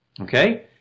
okay